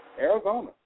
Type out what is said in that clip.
Arizona